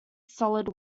solid